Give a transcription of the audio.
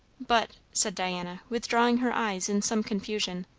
but, said diana, withdrawing her eyes in some confusion,